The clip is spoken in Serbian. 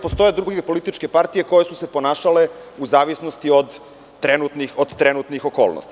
Postoje i druge političke partije koje su se ponašale u zavisnosti od trenutnih okolnosti.